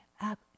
up